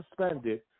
suspended